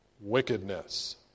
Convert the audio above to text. wickedness